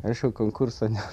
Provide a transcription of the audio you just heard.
aš šio konkurso ne